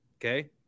Okay